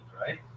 right